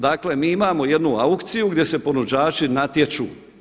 Dakle mi imao jednu aukciju gdje se ponuđači natječu.